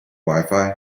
wifi